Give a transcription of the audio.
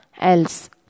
else